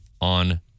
on